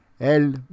El